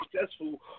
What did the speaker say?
successful